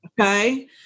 Okay